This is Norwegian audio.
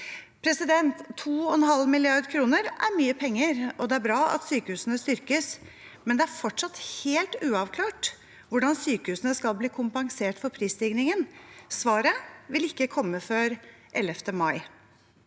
2,5 mrd. kr er mye penger, og det er bra at sykehusene styrkes, men det er fortsatt helt uavklart hvordan sykehusene skal bli kompensert for prisstigningen. Svaret vil ikke komme før 11. mai.